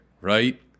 right